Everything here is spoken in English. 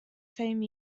same